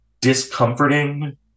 discomforting